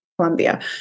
Colombia